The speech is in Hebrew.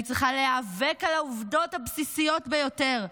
צריכה להיאבק על העובדות הבסיסיות ביותר.